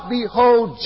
behold